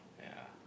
yeah